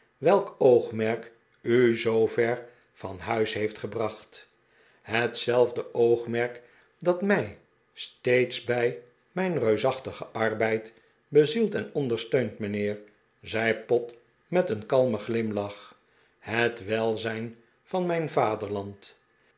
welk oogmerk u zoover van huis heeft gebracht hetzelfde oogmerk dat mij steeds bij mijn reusachtigen arbeid bezielt en ondersteunt mijnheer zei pott met een kalmen glimlach het welzijn van mijn